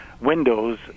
windows